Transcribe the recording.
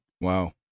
Wow